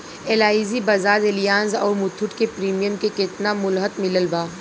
LIC Bajaj Allianz आउर मुथूट के premium के केतना मुहलत मिलल बा?